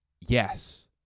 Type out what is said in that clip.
yes